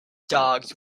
dogs